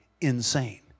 insane